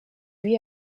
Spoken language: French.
lui